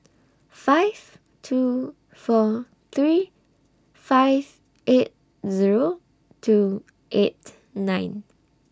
five two four three five eight Zero two eight nine